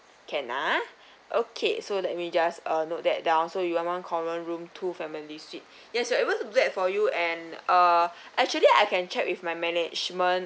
can ah okay so let me just uh note that down so you want one common room two family suite yes we're able to do that for you and uh actually I can check with my management